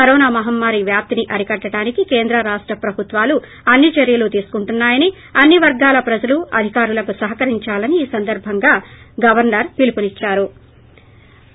corona మహమ్మారి వ్యాప్తినీ అరికట్టడానికి కేంద్ర రాష్ట ప్రభుత్వాలు అన్ని చర్యలు తీసుకుంటున్నాయని అన్ని వర్గాల ప్రజలు అధికారులకు సహకరించాలని ఈ సందర్భంగా గవర్నర్ పిలుపునిచ్చారు